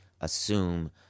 assume